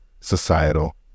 societal